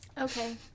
Okay